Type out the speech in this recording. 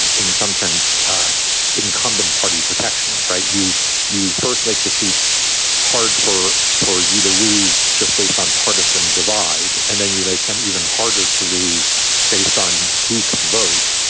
and in some sense, the incumbent party protections. right. you you first make the seats hard for for you to lose just based on partisan divide and then you make them even harder to lose based on who can vote.